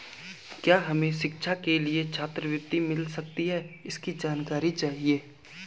क्या हमें शिक्षा के लिए छात्रवृत्ति मिल सकती है इसकी जानकारी चाहिए?